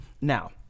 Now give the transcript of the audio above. now